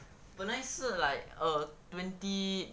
本来是 like err twenty